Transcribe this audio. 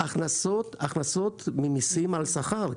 לא, אבל הכנסות ממיסים על שכר.